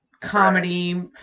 comedy